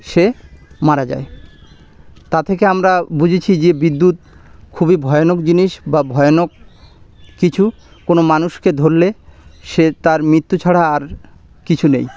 সে মারা যায় তা থেকে আমরা বুঝেছি যে বিদ্যুৎ খুবই ভয়ানক জিনিস বা ভয়ানক কিছু কোনো মানুষকে ধরলে সে তার মৃত্যু ছাড়া আর কিছু নেই